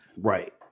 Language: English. Right